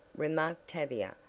remarked tavia,